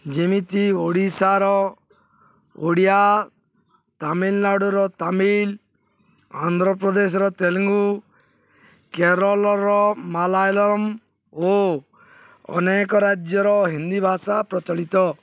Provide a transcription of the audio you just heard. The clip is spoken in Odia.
ଯେମିତି ଓଡ଼ିଶାର ଓଡ଼ିଆ ତାମିଲନାଡ଼ୁର ତାମିଲ୍ ଆନ୍ଧ୍ରପ୍ରଦେଶର ତେଲୁଙ୍ଗୁ କେରଲର ମାଲାୟଲମ୍ ଓ ଅନେକ ରାଜ୍ୟର ହିନ୍ଦୀ ଭାଷା ପ୍ରଚଳିତ